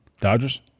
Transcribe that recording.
Dodgers